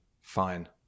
Fine